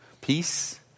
peace